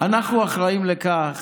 אנחנו אחראים לכך